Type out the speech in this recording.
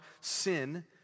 sin